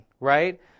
Right